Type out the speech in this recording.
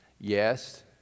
Yes